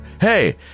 hey